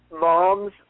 moms